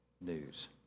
news